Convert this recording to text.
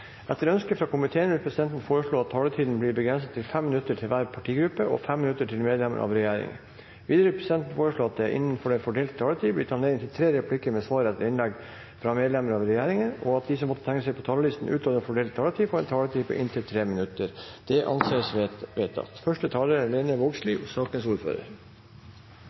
Etter ønske fra justiskomiteen vil presidenten foreslå at taletiden blir begrenset til 5 minutter til hver partigruppe og 5 minutter til medlemmer av regjeringen. Videre vil presidenten foreslå at det blir gitt anledning til seks replikker med svar etter innlegg fra medlemmer av regjeringen innenfor den fordelte taletid, og at de som måtte tegne seg på talerlisten utover den fordelte taletid, får en taletid på inntil 3 minutter. – Det anses vedtatt. En rekke voldsutsatte personer opplever truende og